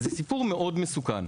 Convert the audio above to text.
זה סיפור מאוד מסוכן.